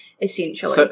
essentially